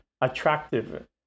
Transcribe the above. attractive